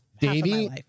Davey